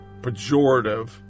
Pejorative